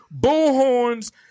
bullhorns